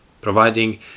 providing